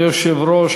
אדוני היושב-ראש,